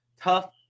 tough